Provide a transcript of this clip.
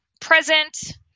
present